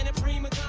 and prima